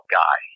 guy